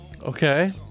Okay